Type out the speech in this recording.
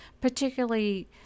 particularly